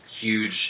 huge